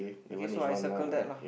okay so I circle that lah